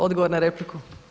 Odgovor na repliku.